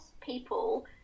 people